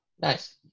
Nice